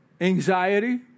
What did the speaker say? anxiety